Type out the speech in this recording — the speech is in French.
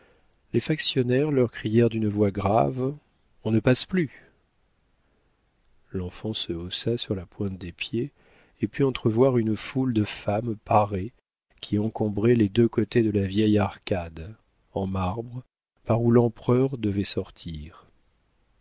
les factionnaires leur crièrent d'une voix grave on ne passe plus l'enfant se haussa sur la pointe des pieds et put entrevoir une foule de femmes parées qui encombraient les deux côtés de la vieille arcade en marbre par où l'empereur devait sortir